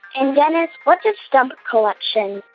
and, dennis, what's a stump collection?